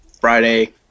Friday